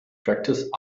practiced